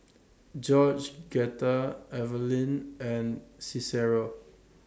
Eveline and Cicero